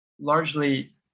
largely